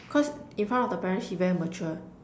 cause in front of the parents she very mature